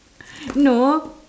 no